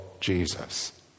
Jesus